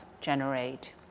generate